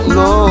no